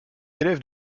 élève